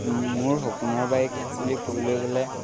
মোৰ সপোনৰ বাইক বুলি ক'বলৈ গ'লে